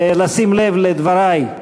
לשים לב לדברי.